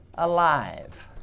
Alive